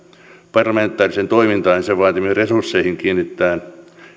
parlamentaariseen toimintaan ja sen vaatimiin resursseihin kiinnitetään